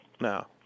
No